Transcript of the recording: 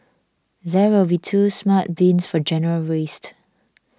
there will be two smart bins for general waste